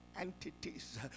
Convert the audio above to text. entities